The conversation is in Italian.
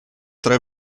tre